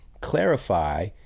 clarify